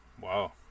Wow